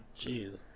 jeez